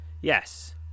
Yes